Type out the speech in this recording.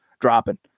dropping